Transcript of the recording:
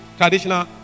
traditional